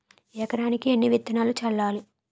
ఎకరానికి ఎన్ని విత్తనాలు చల్లాలి?